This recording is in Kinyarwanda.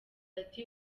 ati